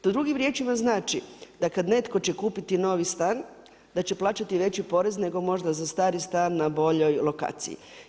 To drugim riječima znači, da kada netko će kupiti novi stan, da će plaćati veći porez nego možda za stari stan na boljoj lokaciji.